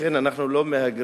לכן, אנחנו לא מהגרים,